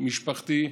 משפחתי.